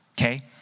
Okay